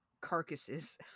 carcasses